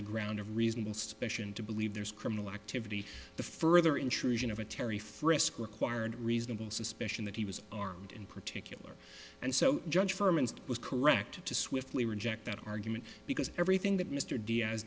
the ground of reasonable suspicion to believe there's criminal activity the further intrusion of a terry frisk required reasonable suspicion that he was armed in particular and so judge firmest was correct to swiftly reject that argument because everything that mr diaz